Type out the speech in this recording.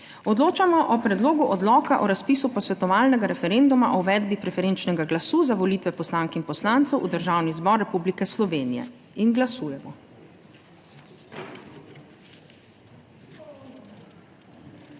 Odločamo o Predlogu odloka o razpisu posvetovalnega referenduma o uvedbi preferenčnega glasu za volitve poslank in poslancev v Državni zbor Republike Slovenije. Glasujemo.